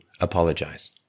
apologize